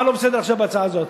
מה לא בסדר עכשיו בהצעה זאת?